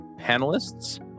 panelists